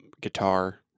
guitar